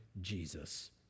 Jesus